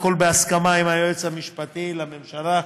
והכול בהסכמה עם היועץ המשפטי לממשלה.